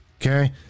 okay